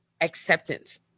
acceptance